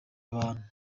abantu